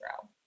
grow